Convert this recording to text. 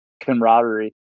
camaraderie